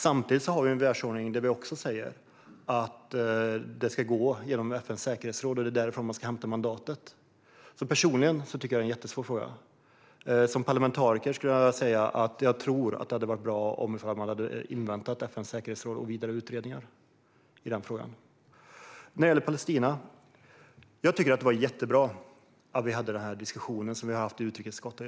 Samtidigt har vi en världsordning som säger att man ska gå genom FN:s säkerhetsråd och att det är där man ska hämta mandatet. Personligen tycker jag som sagt att det är en jättesvår fråga, men som parlamentariker tänker jag att det skulle ha varit bra om man hade inväntat FN:s säkerhetsråd och vidare utredningar. Vad gäller Palestina var det jättebra att vi hade diskussionen i utrikesutskottet.